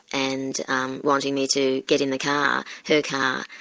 and um wanting me to get in the car, her car,